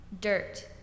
Dirt